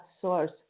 source